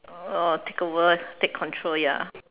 oh take over take control ya